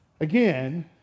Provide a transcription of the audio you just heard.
again